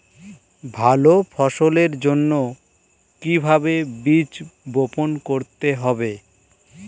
ভালো ফসলের জন্য কিভাবে বীজ বপন করতে হবে?